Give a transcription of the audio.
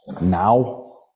now